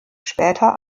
später